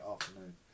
afternoon